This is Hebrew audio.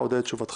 אודה על תשובתך".